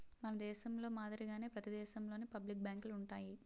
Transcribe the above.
మన దేశంలో మాదిరిగానే ప్రతి దేశంలోనూ పబ్లిక్ బ్యాంకులు ఉంటాయి